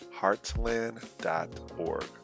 heartland.org